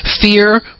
Fear